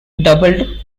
doubled